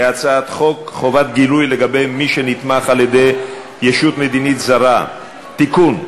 להצעת חוק חובת גילוי לגבי מי שנתמך על-ידי ישות מדינית זרה (תיקון)